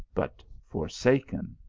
but forsaken.